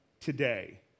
today